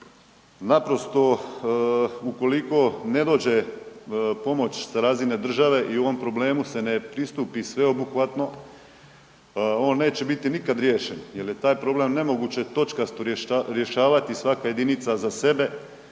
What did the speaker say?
Naprosto ukoliko ne dođe pomoć sa razine države i ovom problemu se ne pristupi sveobuhvatno on neće biti nikad riješen jel je taj problem točkasto rješavati svaka jedinica za sebe,